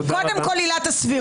קודם כול, עילת הסבירות.